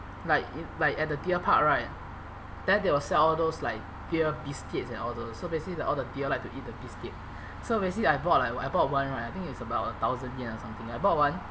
like in like at the deer park right then they will sell all those like deer biscuits and all those so basically like all the deer like to eat the biscuit so basically I bought like o~ I bought one right I think it's about a thousand yen or something I bought one